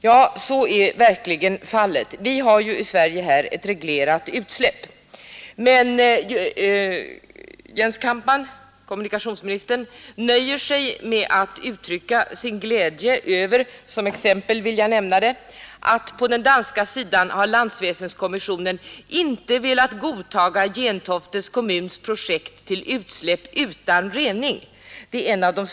Ja, så är verkligen fallet. Vi har i Sverige ett reglerat utsläpp, men kommunikationsminister Jens Kampmann nöjer sig med att uttrycka sin glädje över att på den danska sidan landsväsenskommissionen inte har velat godtaga Gentoftes projekt till utsläpp utan rening. Jag vill nämna detta som ett exempel.